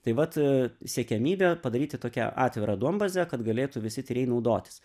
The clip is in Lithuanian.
tai vat a siekiamybė padaryti tokią atvirą duombazę kad galėtų visi tyrėjai naudotis